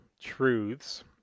truths